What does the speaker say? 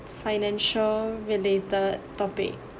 financial related topic